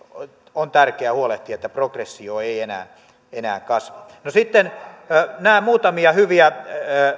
on tärkeä huolehtia että progressio ei enää enää kasva sitten näitä muutamia hyviä